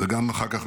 וגם אחר כך,